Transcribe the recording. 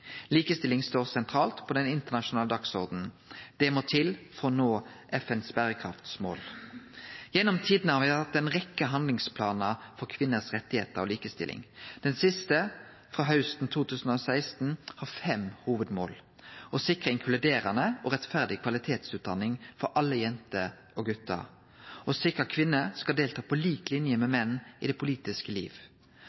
Likestilling står sentralt på den internasjonale dagsordenen. Det må til for å nå FNs berekraftsmål. Gjennom tidene har me hatt ei rekkje handlingsplanar for rettane til kvinner og for likestilling. Den siste, frå hausten 2016, har fem hovudmål: å sikre inkluderande og rettferdig kvalitetsutdanning for alle jenter og gutar å sikre at kvinner kan delta på lik linje med